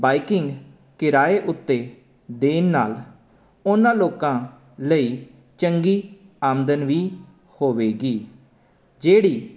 biking ਕਿਰਾਏ ਉੱਤੇ ਦੇਣ ਨਾਲ ਉਹਨਾਂ ਲੋਕਾਂ ਲਈ ਚੰਗੀ ਆਮਦਨ ਵੀ ਹੋਵੇਗੀ ਜਿਹੜੀ